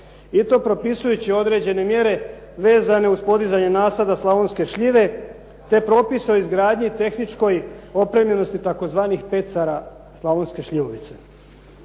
i to propisujući određene mjere vezane uz podizanje nasada slavonske šljive, te propisa o izgradnji, tehničkoj opremljenosti tzv. pecara slavonske šljivovice.